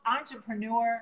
entrepreneur